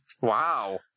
wow